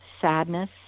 sadness